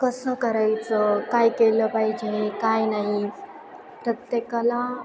कसं करायचं काय केलं पाहिजे काय नाही प्रत्येकाला